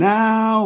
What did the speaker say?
now